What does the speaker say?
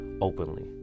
openly